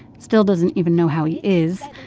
still doesn't even know how he is.